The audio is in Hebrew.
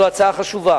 זו הצעה חשובה